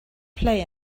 play